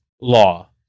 law